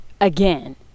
again